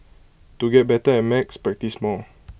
to get better at maths practise more